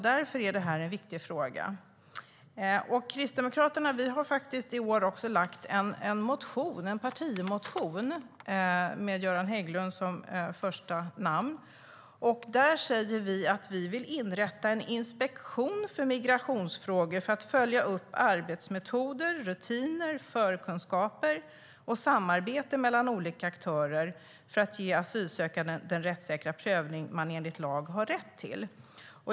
Därför är det en viktig fråga. Kristdemokraterna har i år väckt en partimotion, med Göran Hägglund som första namn, där vi säger att vi vill inrätta en inspektion för migrationsfrågor för att följa upp arbetsmetoder, rutiner, förkunskaper och samarbete mellan olika aktörer för att ge asylsökande den rättssäkra prövning de enligt lag har rätt till.